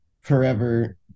forever